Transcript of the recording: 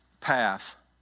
path